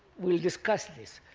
we'll discuss this.